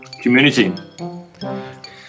community